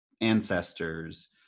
ancestors